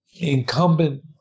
incumbent